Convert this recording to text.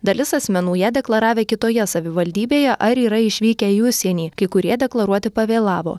dalis asmenų ją deklaravę kitoje savivaldybėje ar yra išvykę į užsienį kai kurie deklaruoti pavėlavo